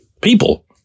people